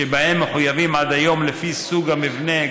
שבהם מחויבים עד היום לפי סוג המבנה,